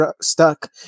stuck